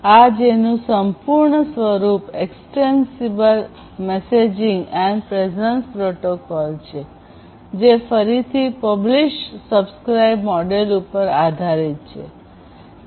આ જેનું સંપૂર્ણ સ્વરૂપ extensible messaging and presence protocol છે જે ફરીથી પબ્લીશસબ્સ્ક્રાઇબ મોડેલ ઉપર આધારિત છે